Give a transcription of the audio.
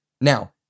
Now